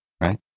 right